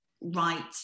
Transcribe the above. right